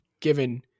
given